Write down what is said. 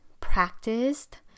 practiced